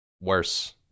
worse